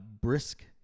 brisk